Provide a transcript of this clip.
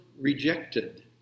rejected